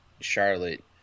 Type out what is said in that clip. Charlotte